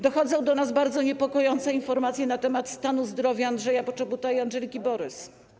Dochodzą do nas bardzo niepokojące informacje na temat stanu zdrowia Andrzeja Poczobuta i Andżeliki Borys.